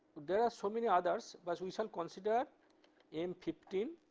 there are so many others, but we shall consider m fifteen,